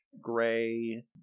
gray